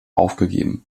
aufgegeben